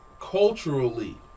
culturally